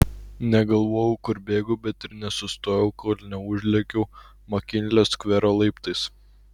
negalvojau kur bėgu bet ir nesustojau kol neužlėkiau makinlio skvero laiptais